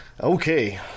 Okay